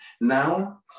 Now